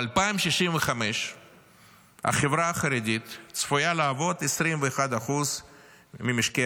ב-2065 החברה החרדית צפויה להוות 21% ממשקי